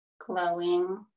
glowing